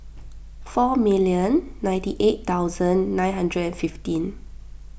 four million ninety eight thousand nine hundred and fifteen